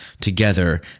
together